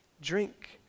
drink